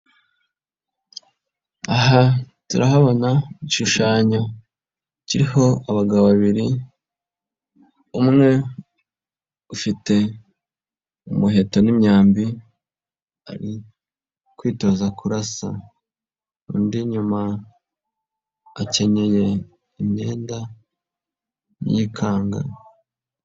Aha turahabona igishushanyo kiriho abagabo babiri, umwe ufite umuheto n'imyambi arikwitoza kurasa undi nyuma akenyeye imyenda y'ikanga.